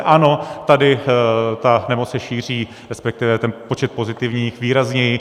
Ano, tady ta nemoc se šíří, respektive ten počet pozitivních, výrazněji.